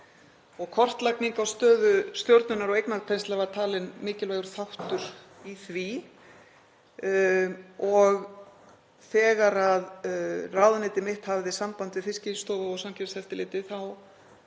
Kortlagning á stöðu stjórnunar og eignatengsla var talin mikilvægur þáttur í því. Þegar ráðuneyti mitt hafði samband við Fiskistofu og Samkeppniseftirlitið þá